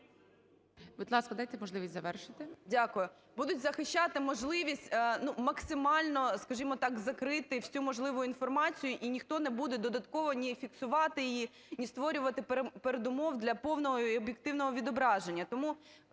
Будуть захищати можливість, ну, максимально, скажімо так, закрити всю можливу інформацію, і ніхто не буде додатково ні фіксувати її, ні створювати передумов для повного і об'єктивного відображення.